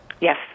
Yes